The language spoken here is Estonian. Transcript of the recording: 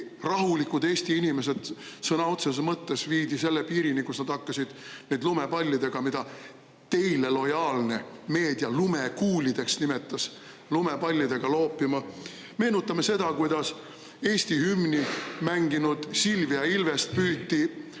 rahulikud Eesti inimesed sõna otseses mõttes viidi selle piirini, kus nad hakkasid [politsenikke] lumepallidega, mida teile lojaalne meedia lumekuulideks nimetas, loopima. Meenutame seda, kuidas Eesti hümni mänginud Silvia Ilvest püüti